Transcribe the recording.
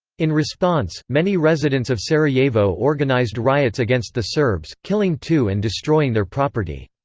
in response, many residents of sarajevo organized riots against the serbs, killing two and destroying their property.